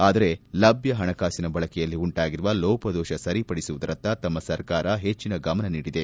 ಆದರೆ ಲಭ್ದ ಹಣಕಾಸಿನ ಬಳಕೆಯಲ್ಲಿ ಉಂಟಾಗಿರುವ ಲೋಪದೋಷ ಸರಿಪಡಿಸುವುದರತ್ತ ತಮ್ಮ ಸರ್ಕಾರ ಹೆಚ್ಚಿನ ಗಮನ ನೀಡಿದೆ